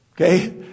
Okay